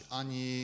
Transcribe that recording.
ani